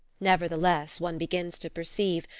nevertheless, one begins to perceive,